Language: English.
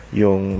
yung